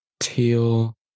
teal